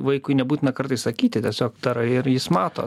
vaikui nebūtina kartais sakyti tiesiog darai ar jis mato